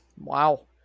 Wow